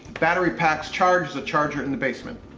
battery pack's charged. the charger in the basement.